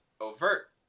overt